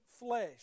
flesh